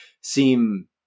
seem